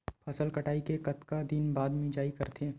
फसल कटाई के कतका दिन बाद मिजाई करथे?